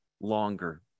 longer